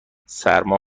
سرما